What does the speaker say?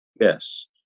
Yes